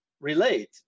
relate